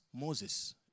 Moses